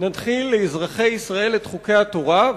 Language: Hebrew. ננחיל לאזרחי ישראל את חוקי התורה,